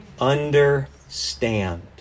Understand